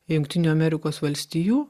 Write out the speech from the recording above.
jungtinių amerikos valstijų